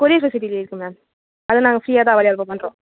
courier speciality இருக்குது ma'am அதை நாங்கள் ஃப்ரீயாக தான் பண்ணுறோம்